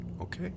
okay